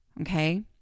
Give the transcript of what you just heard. Okay